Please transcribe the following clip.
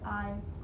eyes